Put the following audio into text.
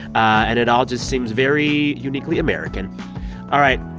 and it all just seems very uniquely american all right.